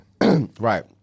Right